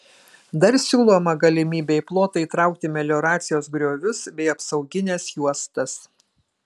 dar siūloma galimybė į plotą įtraukti melioracijos griovius bei apsaugines juostas